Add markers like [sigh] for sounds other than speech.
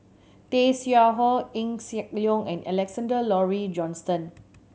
Tay Seow Huah Eng Siak [unintelligible] and Alexander Laurie Johnston